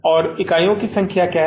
और इकाइयों की संख्या क्या है